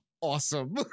awesome